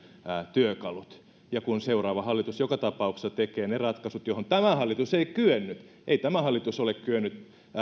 työkalut seuraava hallitus joka tapauksessa tekee ne ratkaisut joihin tämä hallitus ei kyennyt ei tämä hallitus ole kyennyt